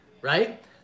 right